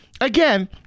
Again